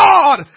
God